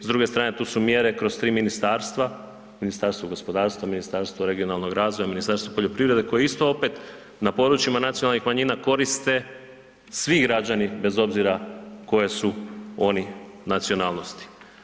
S druge strane tu su mjere kroz tri ministarstva, Ministarstvo gospodarstva, Ministarstvo regionalnog razvoja, Ministarstvo poljoprivrede koje isto opet na područjima nacionalnih manjina koriste svi građani bez obzira koje su oni nacionalnosti.